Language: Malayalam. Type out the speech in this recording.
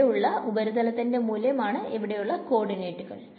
ഇവിടെ ഉള്ള ഉപരിതലത്തിന്റെ മൂല്യമാണ് ഇവിടെയുള്ള കോഡിനേട്റ്റുകൾ